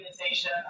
organization